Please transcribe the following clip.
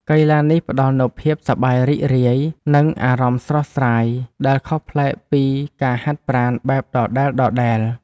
កីឡានេះផ្ដល់នូវភាពសប្បាយរីករាយ និងអារម្មណ៍ស្រស់ស្រាយ ដែលខុសប្លែកពីការហាត់ប្រាណបែបដដែលៗ។